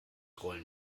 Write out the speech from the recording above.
rollen